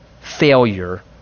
failure